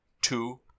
two